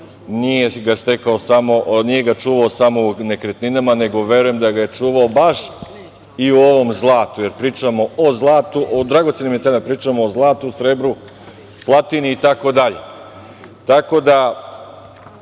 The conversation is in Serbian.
Nije ga čuvao samo u nekretninama, nego verujem da ga je čuvao baš i u ovom zlatu, jer pričamo o dragocenim metalima, pričamo o zlatu, srebru, platini, itd. Tako da